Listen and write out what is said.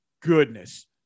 goodness